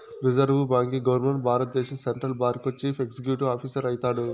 reserve బాంకీ governor భారద్దేశం central బారికో చీఫ్ ఎక్సిక్యూటివ్ ఆఫీసరు అయితాడు